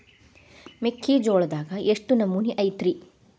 ಮೆಕ್ಕಿಜೋಳದಾಗ ಎಷ್ಟು ನಮೂನಿ ಐತ್ರೇ?